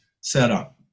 setup